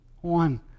one